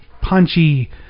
punchy